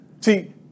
See